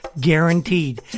guaranteed